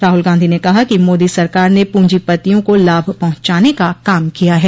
राहुल गांधी ने कहा कि मोदी सरकार ने पूजीपतियों को लाभ पहुंचाने का काम किया है